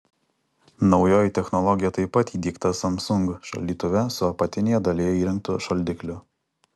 naujoji technologija taip pat įdiegta samsung šaldytuve su apatinėje dalyje įrengtu šaldikliu